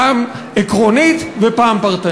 פעם עקרונית ופעם פרטנית.